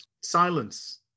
silence